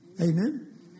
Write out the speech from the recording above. Amen